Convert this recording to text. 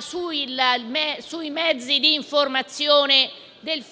sui mezzi di informazione della